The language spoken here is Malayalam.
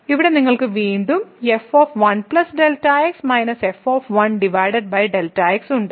ഇവിടെ നിങ്ങൾക്ക് വീണ്ടും ഉണ്ട്